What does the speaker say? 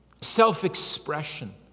self-expression